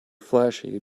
flashy